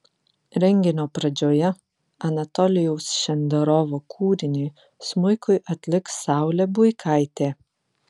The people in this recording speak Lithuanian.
renginio pradžioje anatolijaus šenderovo kūrinį smuikui atliks saulė buikaitė